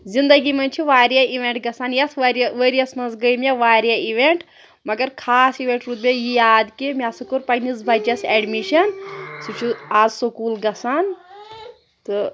زِندگی منٛز چھِ واریاہ اِوٮ۪نٛٹ گژھان یَتھ وَرِ ؤرِیَس منٛز گٔے مےٚ واریاہ اِوٮ۪نٛٹ مگر خاص اِوٮ۪نٛت روٗد مےٚ یاد کہِ مےٚ ہَسا کوٚر پنٛنِس بَچَس اٮ۪ڈمِشَن سُہ چھُ آز سکوٗل گژھان تہٕ